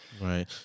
Right